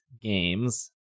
games